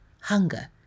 Hunger